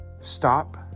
Stop